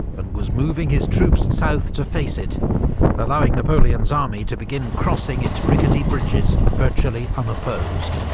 and was moving his troops south to face it allowing napoleon's army to begin crossing its rickety bridges virtually unopposed.